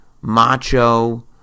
macho